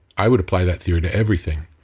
i would apply that theory to everything.